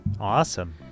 awesome